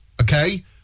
okay